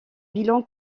bilan